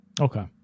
Okay